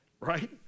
right